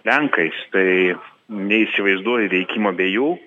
lenkais tai neįsivaizduoju veikimo be jų